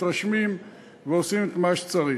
מתרשמים ועושים את מה שצריך.